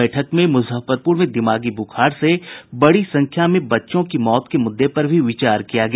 बैठक में मुजफ्फरपुर में दिमागी बुखार से बड़ी संख्या में बच्चों की मौत के मुद्दे पर भी विचार किया गया